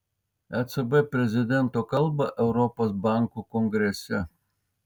ecb prezidento kalbą europos bankų kongrese